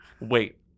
wait